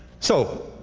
so,